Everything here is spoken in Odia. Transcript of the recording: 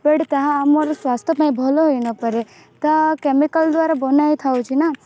ବଟ୍ ତାହା ଆମର ସ୍ୱାସ୍ଥ୍ୟ ପାଇଁ ଭଲ ହେଇନପାରେ ତାହା କେମିକାଲ ଦ୍ୱାରା ବନା ହେଇ ଥାଉଛି ନା